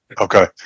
Okay